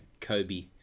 Kobe